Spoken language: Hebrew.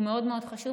הוא מאוד מאוד חשוב,